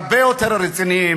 הרבה יותר רציניים.